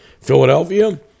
Philadelphia